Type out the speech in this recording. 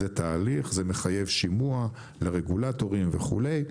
זה תהליך, זה מחייב שימוע לרגולטורים וכולי,